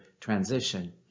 transition